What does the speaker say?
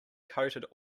coated